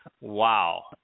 Wow